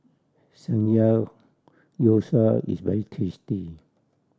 Samgeyopsal is very tasty